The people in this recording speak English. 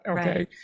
Okay